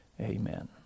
amen